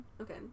okay